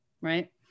right